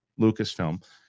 Lucasfilm